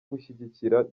gushyigikira